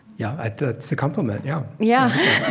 yeah, that's a compliment, yeah yeah